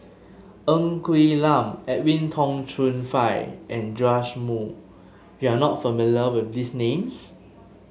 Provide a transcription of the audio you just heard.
Ng Quee Lam Edwin Tong Chun Fai and Joash Moo you are not familiar with these names